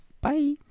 Bye